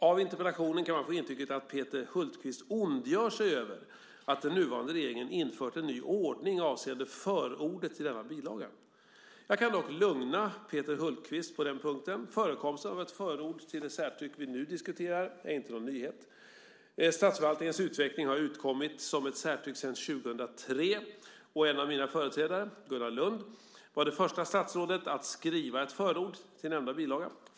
Av interpellationen kan man få intrycket att Peter Hultqvist ondgör sig över att den nuvarande regeringen infört en ny ordning avseende förordet till denna bilaga. Jag kan dock lugna Peter Hultqvist på den punkten. Förekomsten av ett förord till det särtryck vi nu diskuterar är inte någon nyhet. Statsförvaltningens utveckling har utkommit som ett särtryck sedan 2003 och en av mina företrädare, Gunnar Lund, var det första statsrådet att skriva ett förord till nämnda bilaga.